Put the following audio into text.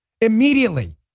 Immediately